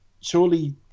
surely